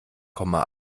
komma